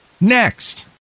next